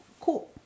cool